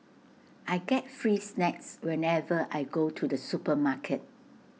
I get free snacks whenever I go to the supermarket